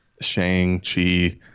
Shang-Chi